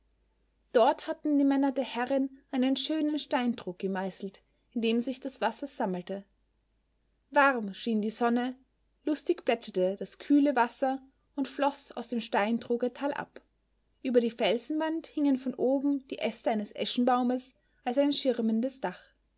dort hatten die männer der herrin einen schönen steintrog gemeißelt in dem sich das wasser sammelte warm schien die sonne lustig plätscherte das kühle wasser und floß aus dem steintroge talab über die felswand hingen von oben die äste eines eschenbaumes als ein schirmendes dach